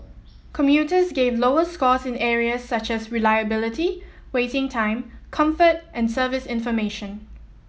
commuters gave lower scores in areas such as reliability waiting time comfort and service information